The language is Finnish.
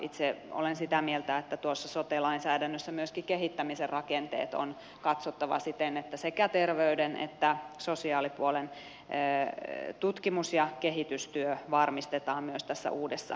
itse olen sitä mieltä että tuossa sote lainsäädännössä myöskin kehittämisen rakenteet on katsottava siten että sekä terveys että sosiaalipuolen tutkimus ja kehitystyö varmistetaan myös tässä uudessa rakenteessa